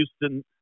Houston